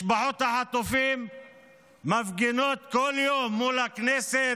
משפחות החטופים מפגינות כל יום מול הכנסת,